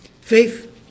Faith